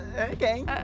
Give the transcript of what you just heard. Okay